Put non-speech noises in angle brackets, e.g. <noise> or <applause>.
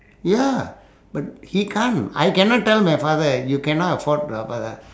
ya but he can't I cannot tell my father eh you cannot afford <noise>